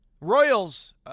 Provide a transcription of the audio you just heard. Royals